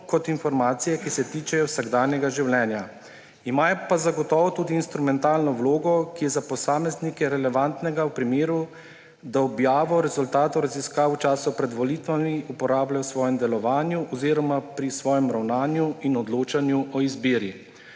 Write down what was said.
kot informacije, ki se tičejo vsakdanjega življenja. Imajo pa zagotovo tudi instrumentalno vlogo, ki je za posameznike relevantna v primeru, da objavo rezultatov raziskav v času pred volitvami uporabljajo v svojem delovanju oziroma pri svojem ravnanju in odločanju o izbiri.